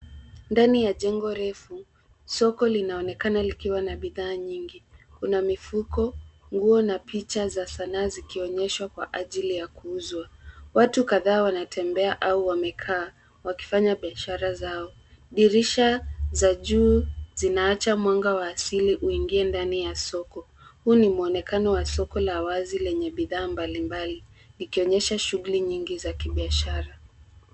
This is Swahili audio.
Ndani ya jengo refu soko linaonekana likiwa na bidhaa nyingi. Kuna mifuko, nguo na picha za sanaa zikionyeshwa kwa ajili ya kuuzwa. Watu kadhaa wanatembea au wamekaa wakifanya biashara zao. Dirisha za juu zinaacha mwanga wa asili uingie ndani ya soko. Huu ni muonekano wa soko la wazi lenye bidhaa mbalimbali likionyesha shughuli nyingi za kibiashara.